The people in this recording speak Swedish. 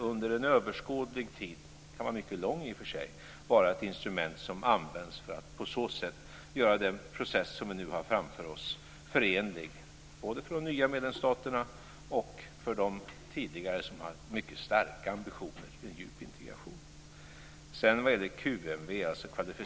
Under en överskådlig tid, som i och för sig kan vara mycket lång, kommer det att vara ett instrument som används för att på så sätt göra den process som vi nu har framför oss förenlig både för de nya medlemsstaterna och för de tidigare som har mycket starka ambitioner vad gäller en djup integration.